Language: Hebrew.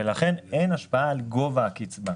ולכן אין השפעה על גובה הקצבה.